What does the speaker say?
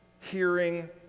hearing